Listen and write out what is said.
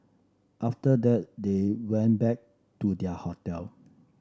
after that they went back to their hotel